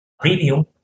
premium